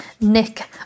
Nick